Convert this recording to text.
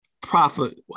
profit